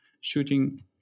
shooting